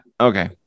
Okay